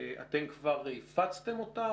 אתם כבר הפצתם אותה?